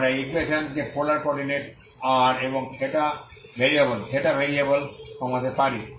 আমরা এই ইকুয়েশন কে পোলার কোঅর্ডিনেট r এবং থেটা ভেরিয়েবলে কমাতে পারি